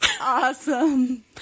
Awesome